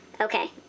Okay